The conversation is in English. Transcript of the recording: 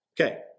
Okay